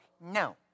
no